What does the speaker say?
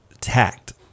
tact